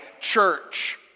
church